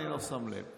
אני לא שם לב,